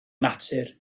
natur